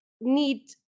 need